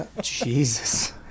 Jesus